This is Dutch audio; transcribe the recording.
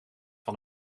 van